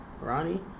Ronnie